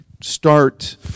start